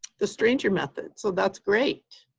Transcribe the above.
the stranger method. so that's great.